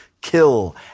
kill